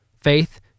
faith